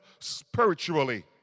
spiritually